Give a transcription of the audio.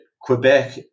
Quebec